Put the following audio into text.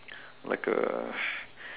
like a